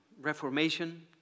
Reformation